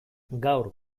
gaur